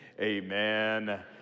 amen